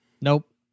Nope